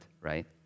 right